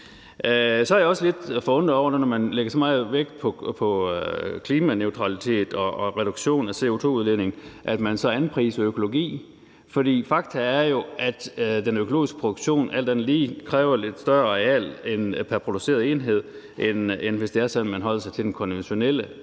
Så er jeg også lidt forundret over, at man, når man lægger så meget vægt på klimaneutralitet og reduktion af CO2-udledning, så anpriser økologi. For fakta er jo, at den økologiske produktion alt andet lige kræver lidt større areal pr. produceret enhed, end hvis det er sådan, at man holder sig til den konventionelle